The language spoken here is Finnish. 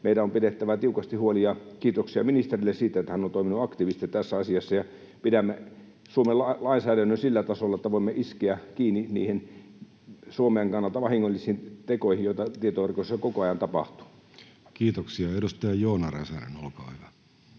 meidän on pidettävä siitä tiukasti huoli. Kiitoksia ministerille siitä, että hän on toiminut aktiivisesti tässä asiassa ja pidämme Suomen lainsäädännön sillä tasolla, että voimme iskeä kiinni niihin Suomen kannalta vahingollisiin tekoihin, joita tietoverkoissa koko ajan tapahtuu. Kiitoksia. — Edustaja Joona Räsänen, olkaa hyvä.